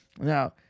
Now